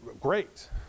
great